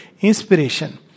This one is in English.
inspiration